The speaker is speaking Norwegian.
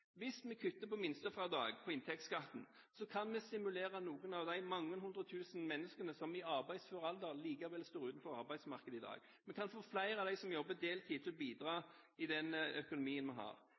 Hvis vi kutter på minstefradrag på inntektsskatten, kan vi stimulere noen av de mange hundre tusen menneskene som i arbeidsfør alder likevel står utenfor arbeidsmarkedet i dag. Vi kan få flere av dem som jobber deltid, til å bidra i den økonomien vi har.